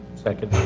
second.